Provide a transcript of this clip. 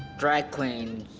drag queens,